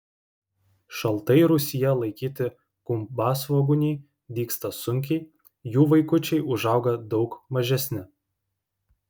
šaltai rūsyje laikyti gumbasvogūniai dygsta sunkiai jų vaikučiai užauga daug mažesni